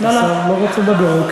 השר לא רוצה לדבר?